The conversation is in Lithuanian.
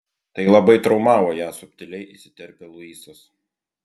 tai labai traumavo ją subtiliai įsiterpia luisas